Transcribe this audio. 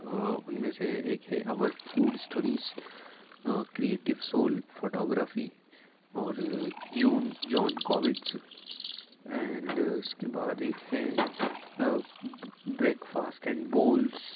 ان میں سے ایک ہے اور food stories creative soul photography اور جون کووٹز اینڈ اس کے بعد ایک ہے بریک فاسٹ اینڈ بولس